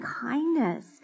kindness